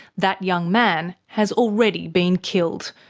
that young man has already been killed,